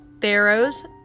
Pharaoh's